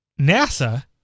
NASA